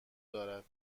دارد